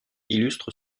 illustre